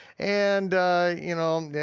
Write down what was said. and you know,